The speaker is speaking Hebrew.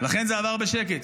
לכן זה עבר בשקט,